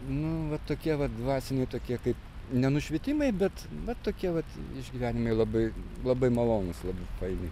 nu va tokie vat dvasiniai tokie kaip ne nušvitimai bet va tokie vat išgyvenimai labai labai malonūs labai faini